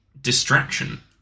distraction